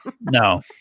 No